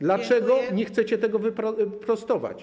Dlaczego nie chcecie tego wyprostować?